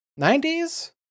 90s